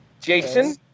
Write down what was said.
Jason